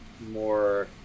more